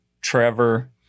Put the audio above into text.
Trevor